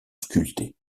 sculptées